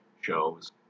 shows